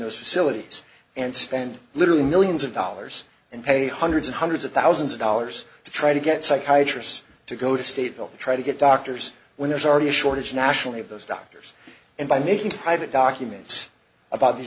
those facilities and spend literally millions of dollars and pay hundreds and hundreds of thousands of dollars to try to get psychiatrists to go to state bill to try to get doctors when there's already a shortage nationally of those doctors and by making private documents about these